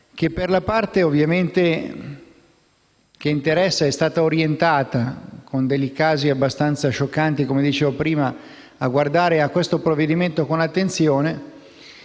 che, per la parte che interessa, ovviamente, è stata orientata, con casi abbastanza scioccanti, come dicevo prima, a guardare a questo provvedimento con attenzione,